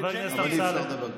אי-אפשר לדבר ככה.